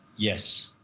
yes.